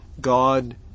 God